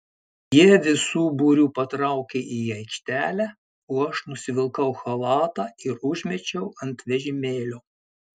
jie visu būriu patraukė į aikštelę o aš nusivilkau chalatą ir užmečiau ant vežimėlio